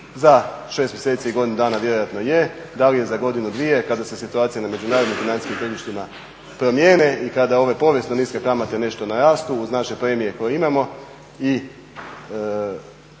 Za 6 mjeseci ili godinu vjerojatno je, da li je za godinu, dvije kada se situacija na međunarodnim financijskim tržištima promijeni i kada ove povijesno niske kamate nešto narastu uz naše premije koje imamo i